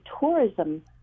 tourism